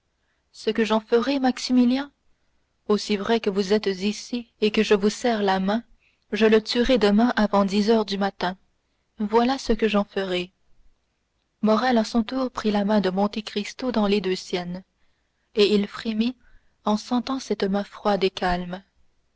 ce que j'en ferai maximilien aussi vrai que vous êtes ici et que je vous serre la main je le tuerai demain avant dix heures du matin voilà ce que j'en ferai morrel à son tour prit la main de monte cristo dans les deux siennes et il frémit en sentant cette main froide et calme